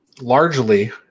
largely